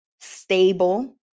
stable